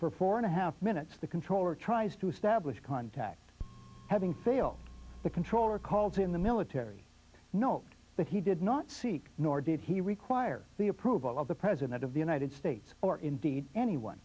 for four and a half minutes the controller tries to establish contact having failed the controller called in the military note that he did not seek nor did he require the approval of the president of the united states or indeed anyone